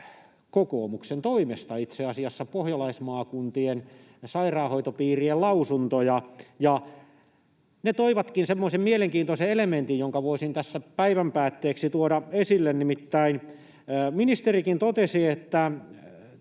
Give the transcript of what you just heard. kokoomuksen toimesta, pohjalaismaakuntien sairaanhoitopiirien lausuntoja, ja ne toivatkin semmoisen mielenkiintoisen elementin, jonka voisin tässä päivän päätteeksi tuoda esille. Nimittäin ministerikin totesi, että